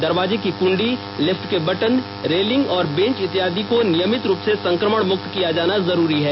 दरवाजे की कुंडी लिफ्ट के बटन रेलिंग और बेंच इत्यादि को नियमित रूप से संक्रमण मुक्त किया जाना जरूरी है